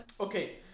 okay